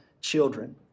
children